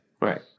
Right